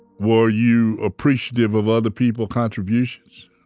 were you appreciative of other people's contributions?